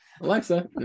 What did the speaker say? Alexa